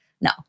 no